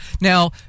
Now